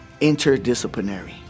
interdisciplinary